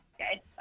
okay